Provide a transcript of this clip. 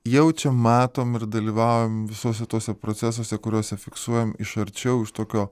jaučiam matom ir dalyvaujam visuose tuose procesuose kuriose fiksuojam iš arčiau iš tokio